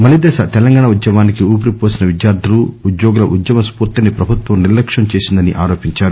మలీదశ తెలంగాణ ఉద్యమానికి ఊపిరి పోసిన విద్యార్లు ఉద్యోగుల ఉద్యమ స్పూర్తిని ప్రభుత్వం నిర్లక్ష్యం చేసిందని ఆరోపించారు